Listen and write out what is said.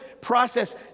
process